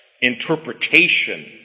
interpretation